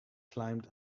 climbed